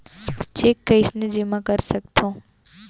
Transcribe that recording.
Cheque कईसने जेमा कर सकथो?